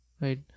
Right